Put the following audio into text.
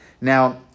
Now